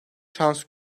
şans